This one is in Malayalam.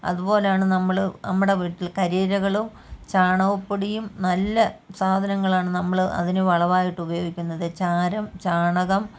അതുപോലെയാണ് നമ്മൾ നമ്മുടെ വീട്ടിൽ കരിയിലകളോ ചാണകപ്പൊടിയും നല്ല സാധനങ്ങളാണ് നമ്മൾ അതിന് വളമായിട്ട് ഉപയോഗിക്കുന്നത് ചാരം ചാണകം